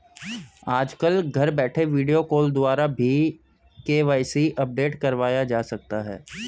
आजकल घर बैठे वीडियो कॉल द्वारा भी के.वाई.सी अपडेट करवाया जा सकता है